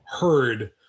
heard